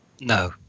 No